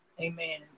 Amen